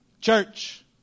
Church